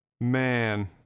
man